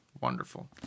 Wonderful